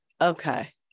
okay